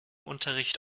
unterricht